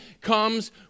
comes